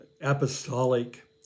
apostolic